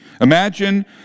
Imagine